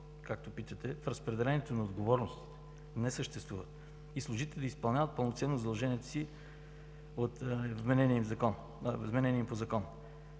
както питате, в разпределението на отговорности не съществуват и служителите изпълняват пълноценно задълженията си, вменени им по закон.